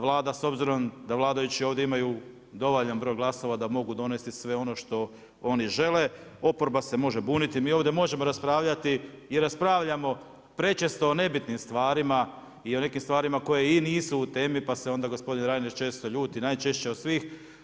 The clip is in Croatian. Vlada s obzirom da vladajući ovdje imaju dovoljan broj glasova da mogu donesti sve ono što oni žele, oporba se može buniti, mi ovdje možemo raspravljati i raspravljamo prečesto o nebitnim stvarima, i o nekim stvarima koje i nisu u temi pa se onda gospodin Reiner često ljudi, najčešće od svih.